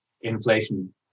inflation